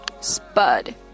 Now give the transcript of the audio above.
spud